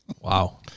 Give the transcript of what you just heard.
Wow